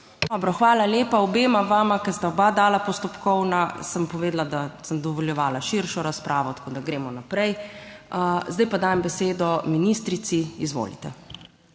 hvala lepa obema vama, ker sta oba dala postopkovno, sem povedala, da sem dovoljevala širšo razpravo, tako da gremo naprej. Zdaj pa dajem besedo ministrici, izvolite.